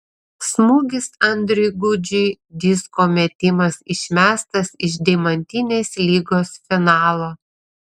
smūgis andriui gudžiui disko metimas išmestas iš deimantinės lygos finalo